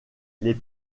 les